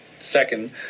second